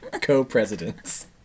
Co-presidents